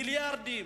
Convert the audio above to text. מיליארדים.